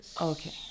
Okay